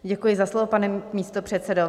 Děkuji za slovo, pane místopředsedo.